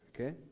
Okay